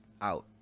out